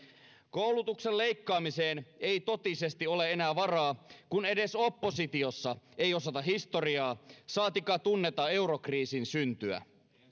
koulutuksesta leikkaamiseen ei totisesti ole enää varaa kun edes oppositiossa ei osata historiaa saatikka tunneta eurokriisin syntyä